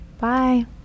bye